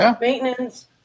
maintenance